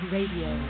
Radio